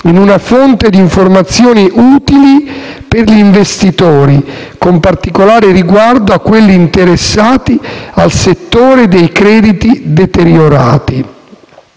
in una fonte di informazioni utili per gli investitori, con particolare riguardo a quelli interessati al settore dei crediti deteriorati